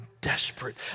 desperate